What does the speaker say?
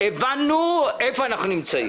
הבנו איפה אנחנו נמצאים.